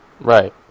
Right